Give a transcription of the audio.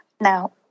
Now